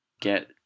get